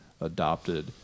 adopted